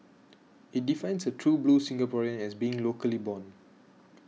it defines a true blue Singaporean as being locally born